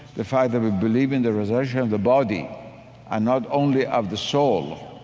the fact that we believe in the resurrection of the body and not only of the soul,